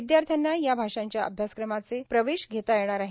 विदयाश्र्यांना या भाषांच्या अभ्यासक्रमाचे प्रवेश घेता येणार आहे